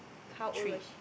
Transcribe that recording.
three